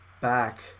back